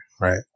right